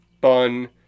bun